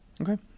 Okay